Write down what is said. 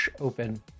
open